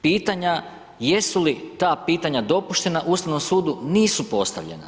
Pitanja, jesu li ta pitanja dopuštena Ustavnom sudu nisu postavljena.